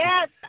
Yes